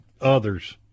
others